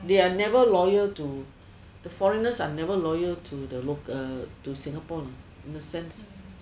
they are never loyal to the foreigners are never loyal to the local uh to singapore know in the sense